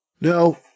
No